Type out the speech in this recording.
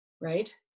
right